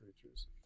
creatures